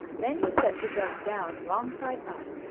then he set the jug down wrong side up,